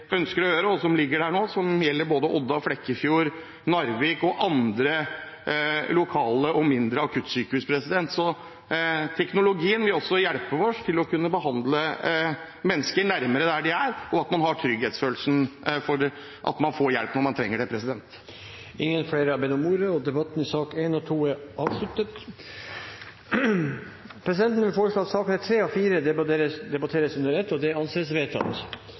ønsker å gjøre, og som ligger i forslaget som gjelder både Odda, Flekkefjord, Narvik og andre lokale og mindre akuttsykehus. Teknologien vil også hjelpe oss til å kunne behandle mennesker nærmere der de er, og til at man kan føle seg trygg på å få hjelp når man trenger det. Flere har ikke bedt om ordet til sakene nr. 1 og 2. Presidenten vil foreslå at sakene nr. 3 og 4 debatteres under ett. – Det anses vedtatt.